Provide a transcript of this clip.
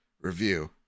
review